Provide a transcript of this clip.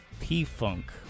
P-Funk